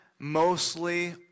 mostly